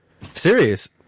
Serious